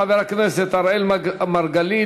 חבר הכנסת אראל מרגלית,